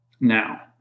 now